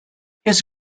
his